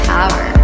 Power